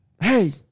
hey